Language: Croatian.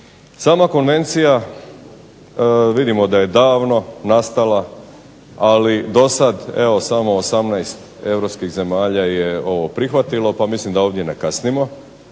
Sama konvencija vidimo da je davno nastala, ali dosad evo samo 18 europskih zemalja je ovo prihvatilo pa mislim da ovdje ne kasnimo,